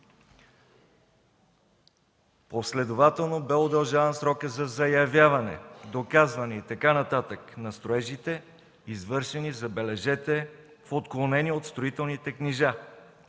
Последователно бе удължаван срокът за заявяване, доказване и така нататък на строежите, извършени, забележете, в отклонение от строителните книжа.